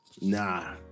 Nah